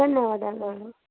ಧನ್ಯವಾದ ಮ್ಯಾಮ್